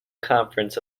conference